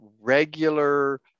regular